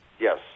Yes